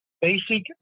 basic